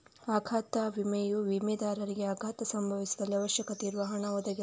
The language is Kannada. ಅಪಘಾತ ವಿಮೆಯು ವಿಮೆದಾರನಿಗೆ ಅಪಘಾತ ಸಂಭವಿಸಿದಲ್ಲಿ ಅವಶ್ಯಕತೆ ಇರುವ ಹಣ ಒದಗಿಸ್ತದೆ